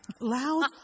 Loud